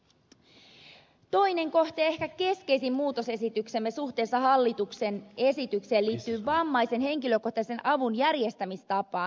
toinen kohta ja ehkä keskeisin muutosesityksemme suhteessa hallituksen esitykseen liittyy vammaisen henkilökohtaisen avun järjestämistapaan